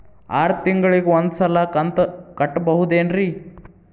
ಆರ ತಿಂಗಳಿಗ ಒಂದ್ ಸಲ ಕಂತ ಕಟ್ಟಬಹುದೇನ್ರಿ?